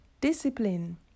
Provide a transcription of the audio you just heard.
discipline